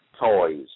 toys